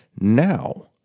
now